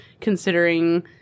considering